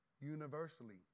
universally